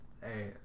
Hey